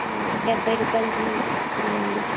డెబ్బై రూపాయలది ఇస్తానండి